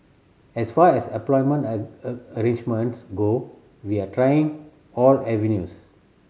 as far as employment a a arrangements go we are trying all avenues